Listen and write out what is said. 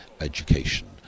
education